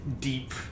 deep